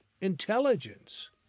intelligence